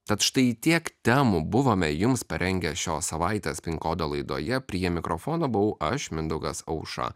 tad štai tiek temų buvome jums parengę šios savaitės pin kodo laidoje prie mikrofono buvau aš mindaugas aušra